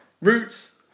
Roots